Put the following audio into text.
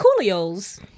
Coolio's